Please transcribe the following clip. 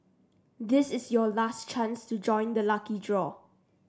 this is your last chance to join the lucky draw